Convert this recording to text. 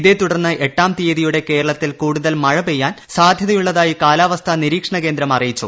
ഇതിനെ തുടർന്ന് എട്ടാം തീയതിയോടെ കേരളത്തിൽ കൂടുതൽ മഴ പെയ്യാൻ സാധ്യതയുള്ളതായി കാലാവസ്ഥാ നിരീക്ഷണ കേന്ദ്രം അറിയിച്ചു